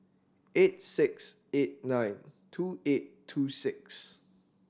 eight six eight nine two eight two six